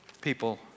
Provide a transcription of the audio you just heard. people